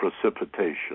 precipitation